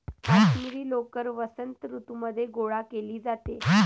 काश्मिरी लोकर वसंत ऋतूमध्ये गोळा केली जाते